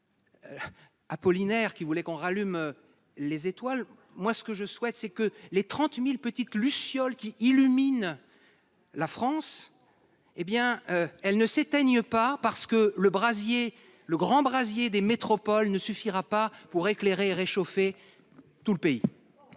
Apollinaire qui voulait qu'on rallume les étoiles, moi ce que je souhaite c'est que les 30.000 petites lucioles qui illuminent. La France, hé bien elle ne s'éteignent par parce que le brasier le grand brasier des métropoles ne suffira pas pour éclairer réchauffer. Tout le pays.